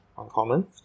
Uncommon